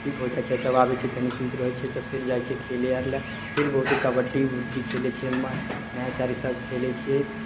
ठीक हो जाइ छै तब आबै छियै तनी सूति रहै छियै तऽ फिर जाइ छियै खेले आर लए फिर बहुते कबड्डी उबड्डी खेलै छियै मैच आर ई सब खेलै छियै